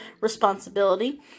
responsibility